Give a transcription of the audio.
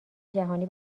جهانی